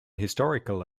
historical